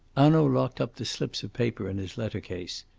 hanaud locked up the slips of paper in his lettercase.